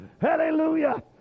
Hallelujah